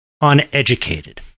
uneducated